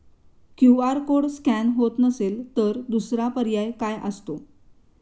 QR code scan होत नसेल तर दुसरा पर्याय काय असतो?